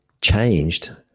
changed